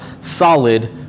solid